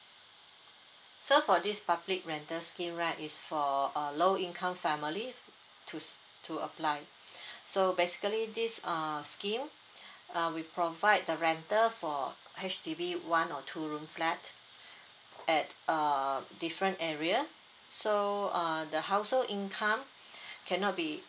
so for this public rental scheme right is for a low income family to to apply so basically this err scheme uh we provide the rental for H_D_B one or two room flat at err different area so uh the household income cannot be